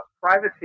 Privacy